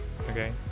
Okay